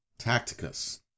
Tacticus